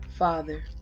Father